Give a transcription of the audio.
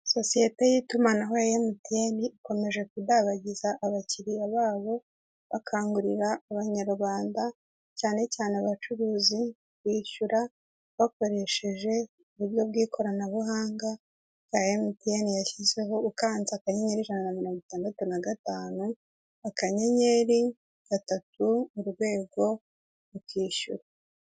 Sosiyete y'itumanaho ya emutiyeni ikomeje kudabagiza abakiriya babo, bakangurira abanyarwanda cyane cyane abacuruzi kwishyura bakoresheje uburyo bw'ikoranabuhanga bwa emutiyeni yashyizeho, ukanze akanyenyeri ijana na mirongo itandatu na gatanu, akanyenyeri gatatu urwego, ukishyura.